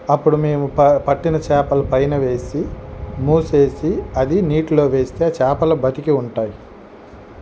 అప్పుడు మేము ప పట్టిన చేపలు పైన వేసి మూసేసి అది నీటిలో వేస్తే చాపలు బతికి ఉంటాయి